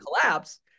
collapse